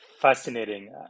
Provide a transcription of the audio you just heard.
fascinating